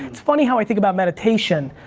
it's funny how i think about meditation.